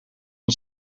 het